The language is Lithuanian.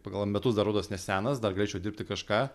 pagal metus dar rodos nesenas dar galėčiau dirbti kažką